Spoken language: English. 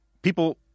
People